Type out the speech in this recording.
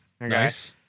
nice